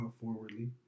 forwardly